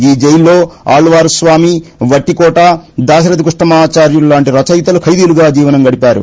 ఈ జైల్లో ఆళ్వార్ స్వామి వట్టికోట దాశరధి కృష్ణమాచార్యులు లాంటి రచయితలు ఖైదీలుగా జీవనం గడిపారు